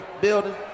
building